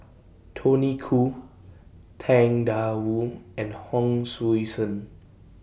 Tony Khoo Tang DA Wu and Hon Sui Sen